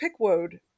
Pickwode